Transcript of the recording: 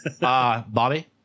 Bobby